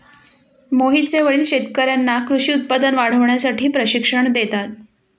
मोहितचे वडील शेतकर्यांना कृषी उत्पादन वाढवण्यासाठी प्रशिक्षण देतात